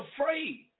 afraid